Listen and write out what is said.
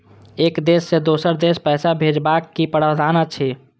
एक देश से दोसर देश पैसा भैजबाक कि प्रावधान अछि??